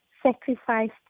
sacrificed